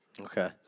Okay